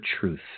truth